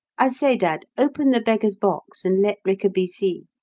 i say, dad, open the beggar's box, and let rickaby see.